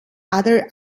other